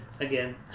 Again